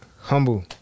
humble